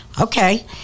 Okay